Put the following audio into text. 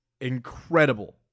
incredible